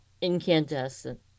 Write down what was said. incandescent